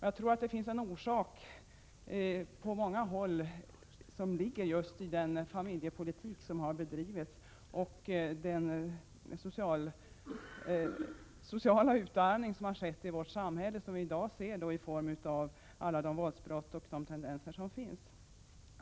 Jag tror att orsaken på många håll är just den familjepolitik som har bedrivits och den sociala utarmning som skett i vårt samhälle och som vi i dag ser resultatet av i form av alla våldsbrott och våldstendenser.